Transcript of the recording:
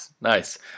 Nice